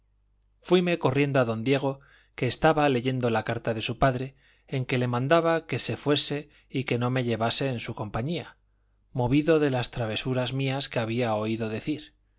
hijos fuime corriendo a don diego que estaba leyendo la carta de su padre en que le mandaba que se fuese y que no me llevase en su compañía movido de las travesuras mías que había oído decir